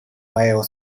male